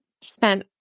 spent